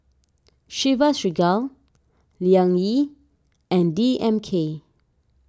Chivas Regal Liang Yi and D M K